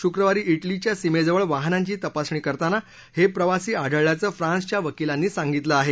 शुक्रवारी इटलीच्या सीमेजवळ वाहनांची तपासणी करताना हे प्रवासी आढळल्याचं फ्रान्सच्या वकिलांनी सांगितलं आहे